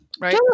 right